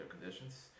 conditions